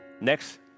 Next